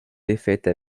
défaite